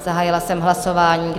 Zahájila jsem hlasování.